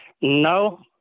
no